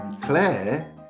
Claire